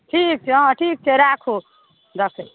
ठीक छै हँ ठीक छै राखु रखै छी